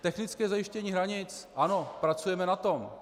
Technické zajištění hranic ano, pracujeme na tom.